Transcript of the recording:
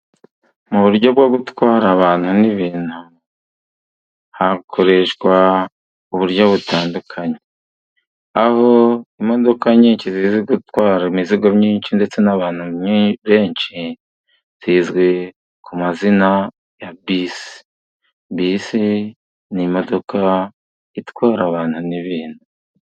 Mu buryo bwo gutwara abantu n'ibintu ,hakoreshwa uburyo butandukanye ,aho imodoka nyinshi zizi gutwara imizigo myinshi ndetse n'abantu benshi ,zizwi ku mazina ya bisi. Bisi ni imodoka itwara abantu n'ibintu.